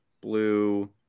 blue